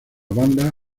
banda